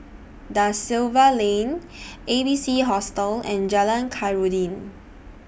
DA Silva Lane A B C Hostel and Jalan Khairuddin